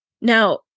now